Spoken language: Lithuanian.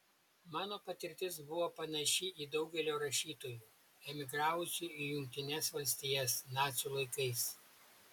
mano patirtis buvo panaši į daugelio rašytojų emigravusių į jungtines valstijas nacių laikais